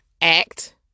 act